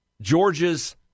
Georgia's